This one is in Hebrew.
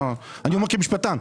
אני אומר כמשפטן,